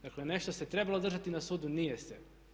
Dakle, nešto se trebalo održati na sudu, nije se.